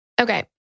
Okay